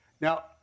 Now